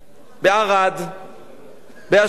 בערד, באשדוד,